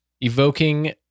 evoking